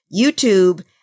YouTube